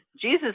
Jesus